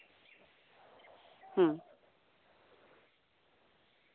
ᱦᱩᱸ